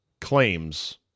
claims